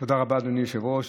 רבה, אדוני היושב-ראש.